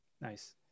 Nice